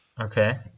Okay